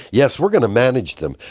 yes, we are going to manage them.